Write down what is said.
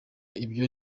ibyo